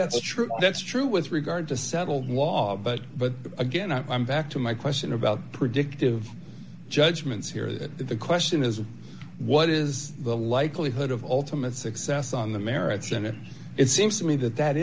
that's true that's true with regard to settled law but but again i'm back to my question about predictive judgments here that the question is what is the likelihood of ultimate success on the merits and it seems to me that that